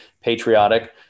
patriotic